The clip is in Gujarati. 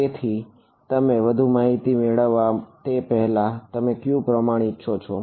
તેથી તમે વધુ માહિતી મેળવો તે પહેલા તમે ક્યુ પ્રમાણ ઇચ્છો છો